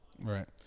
right